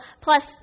plus